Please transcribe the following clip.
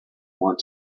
want